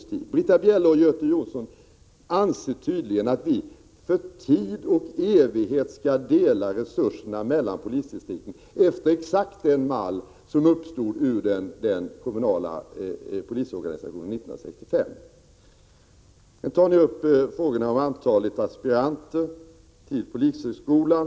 Britta Bjelle och Göte Jonsson anser tydligen att vi för tid och evighet skall dela resurserna mellan polisdistrikten efter exakt den mall som uppstod ur den kommunala polisorganisationen 1965. Sedan tar ni upp frågan om antalet aspiranter till polishögskolan.